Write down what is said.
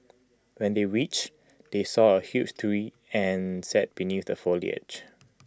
when they reached they saw A huge tree and sat beneath the foliage